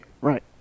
Right